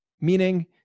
Meaning